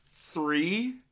three